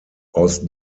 aus